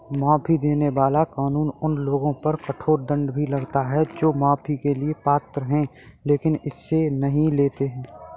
माफी देने वाला कानून उन लोगों पर कठोर दंड भी लगाता है जो माफी के लिए पात्र हैं लेकिन इसे नहीं लेते हैं